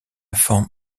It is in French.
forme